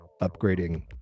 upgrading